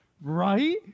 Right